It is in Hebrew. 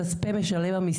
שנכתב כבר לפני שלוש שנים,